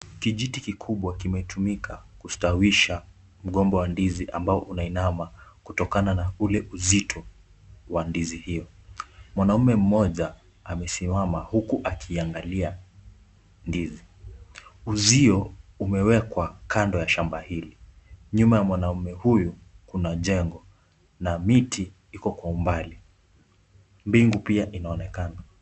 Kijiti kikubwa kimetumika kustawisha mgomba wa ndizi ambao unainama kutokana na ule uzito wa ndizi hiyo. Mwanaume mmoja amesimama huku akiangalia ndizi. Uzio umewekwa kando ya shamba hili. Nyuma ya mwanaume huyu kuna jengo na miti iko kwa umbali. Mbingu pia inaonekana.